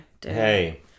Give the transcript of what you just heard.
Hey